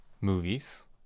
movies